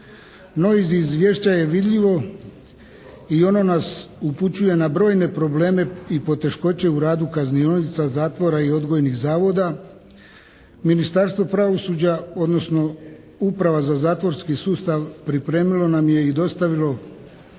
No iz izvješća je vidljivo i ono nas upućuje na brojne probleme i poteškoće u radu kaznionica, zatvora i odgojnih zavoda. Ministarstvo pravosuđa, odnosno Uprava za zatvorski sustav pripremilo nam je i dostavilo